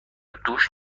دوش